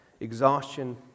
exhaustion